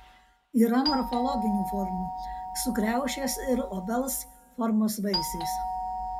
yra morfologinių formų su kriaušės ir obels formos vaisiais